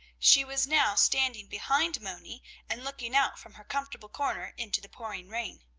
she was now standing behind moni and looking out from her comfortable corner into the pouring rain.